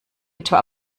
etwa